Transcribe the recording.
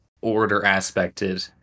order-aspected